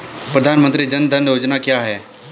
प्रधानमंत्री जन धन योजना क्या है?